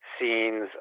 scenes